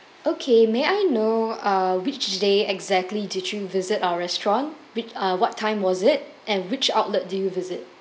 okay may I know uh which day exactly did you visit our restaurant which uh what time was it and which outlet did you visit